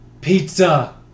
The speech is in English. pizza